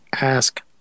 ask